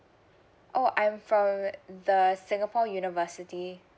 oh I'm from uh the singapore university